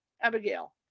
Abigail